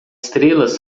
estrelas